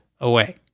away